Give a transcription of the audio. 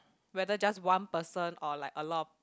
whether just one person or like a lot